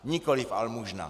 Nikoliv almužna.